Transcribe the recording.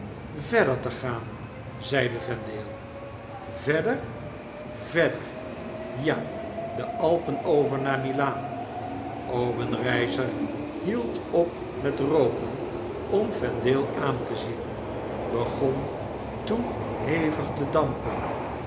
verder te gaan zeide vendale verder verder ja de alpen over naar milaan obenreizer hield op met rooken om vendale aan te zien begon toen hevig te dampen